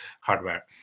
hardware